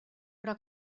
però